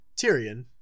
Tyrion